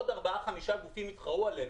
עוד ארבעה-חמישה גופים יתחרו עלינו.